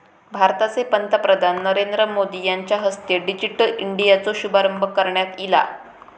भारताचे पंतप्रधान नरेंद्र मोदी यांच्या हस्ते डिजिटल इंडियाचो शुभारंभ करण्यात ईला